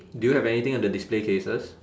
do you have anything on the display cases